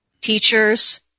teachers